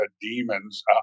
demons